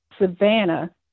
Savannah